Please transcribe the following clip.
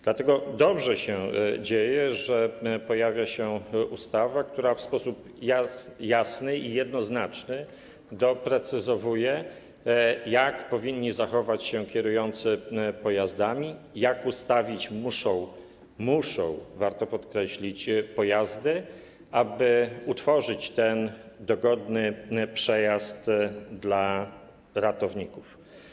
Dlatego dobrze się dzieje, że pojawia się ustawa, która w sposób jasny i jednoznaczny doprecyzowuje, jak powinni zachować się kierujący pojazdami, jak ustawić muszą - muszą, co warto podkreślić - pojazdy, aby utworzyć ten dogodny przejazd dla ratowników.